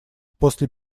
после